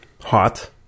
hot